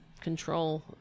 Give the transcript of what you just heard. control